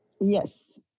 Yes